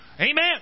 Amen